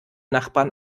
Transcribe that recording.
nachbarn